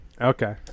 Okay